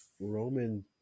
roman